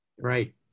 Right